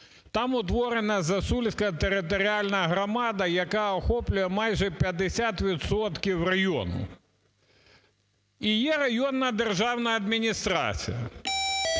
Там утворена Засульська територіальна громада, яка охоплює майже 50 відсотків району. І є районна державна адміністрація.